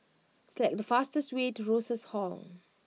select the fastest way to Rosas Hall